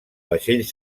vaixell